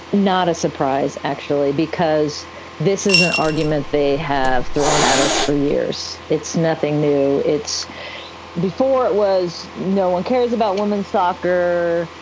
not a surprise, actually, because this is an argument they have thrown at us for years. it's nothing new. it's before it was. no one cares about women's soccer.